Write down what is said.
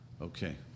Okay